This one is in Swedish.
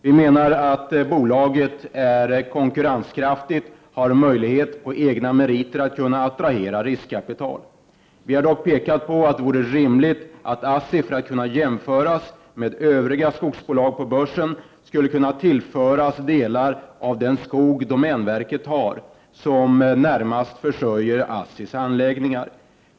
Vi menar att bolaget är konkurrenskraftigt och har möjlighet att på egna meriter att kunna attrahera riskkapital. Vi har dock pekat på att det vore rimligt att ASSI, för att kunna jämföras med övriga skogsbolag på börsen, tillfördes delar av den skog domänverket har som närmast försörjer ASSI:s anläggningar.